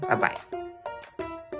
Bye-bye